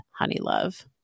Honeylove